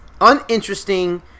uninteresting